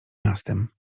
miastem